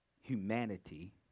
humanity